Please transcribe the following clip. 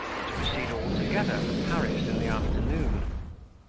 and to proceed all together for paris in the afternoon.